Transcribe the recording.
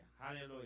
Hallelujah